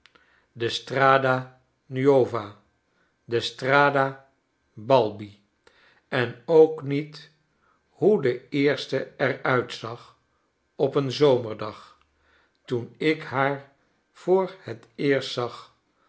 de strada nuova en de strada balbi en ook niet hoe de eerste er uitzag op een zomerdag toen ik haar voor het eerst zag